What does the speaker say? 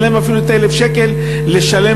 אין להם אפילו 1,000 שקל לשלם.